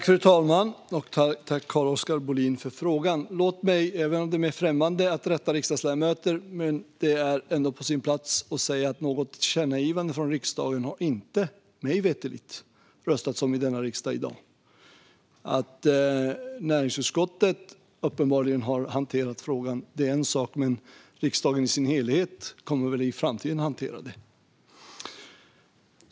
Fru talman! Tack, Carl-Oskar Bohlin, för frågan! Det är mig främmande att rätta riksdagsledamöter, men det är ändå på sin plats att säga att det - mig veterligt - inte har röstats om något tillkännagivande från riksdagen här i dag. Att näringsutskottet uppenbarligen har hanterat frågan är en sak, men riksdagen i sin helhet kommer väl att hantera detta i framtiden.